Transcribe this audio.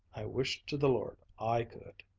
i wish to the lord i could!